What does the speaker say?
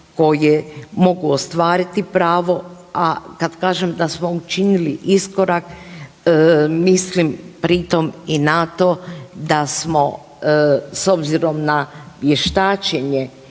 koje mogu ostvariti pravo. A kad kažem da smo učinili iskorak mislim pritom i na to da smo s obzirom na vještačenje